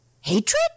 Hatred